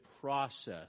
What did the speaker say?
process